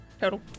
Total